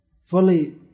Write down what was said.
fully